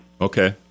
Okay